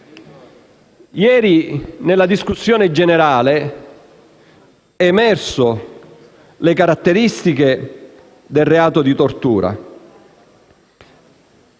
Ieri, in discussione generale sono emerse le caratteristiche del reato di tortura.